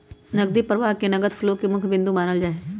नकदी प्रवाह के नगद फ्लो के मुख्य बिन्दु मानल जाहई